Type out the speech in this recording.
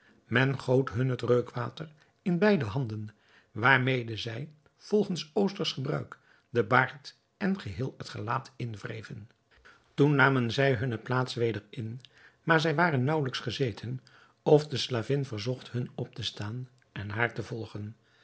men goot hun het reukwater in beide handen waarmede zij volgens oostersch gebruik den baard en geheel het gelaat inwreven toen namen zij hunne plaats weder in maar zij waren naauwelijks gezeten of de slavin verzocht hun op te staan en haar te volgen